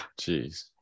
Jeez